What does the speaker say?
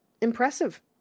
impressive